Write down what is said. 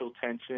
tension